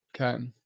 Okay